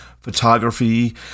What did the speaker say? photography